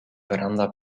veranda